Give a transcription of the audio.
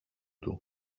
του